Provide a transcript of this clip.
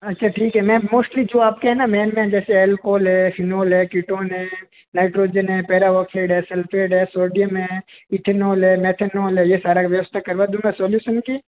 अच्छा ठीक है मैं मोस्टली जो आप के हैं ना मेन मेन जैसे एल्कोहल है फिनॉल है कीटोन है नाइट्रोजन है पैराऑक्साइड है सल्फेड है सोडियम है इथनॉल है मेथेनॉल है ये सारा व्यवस्था करवा दूँगा सॉल्यूशन की